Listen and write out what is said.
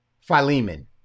Philemon